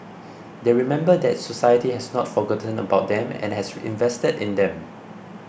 they remember that society has not forgotten about them and has invested in them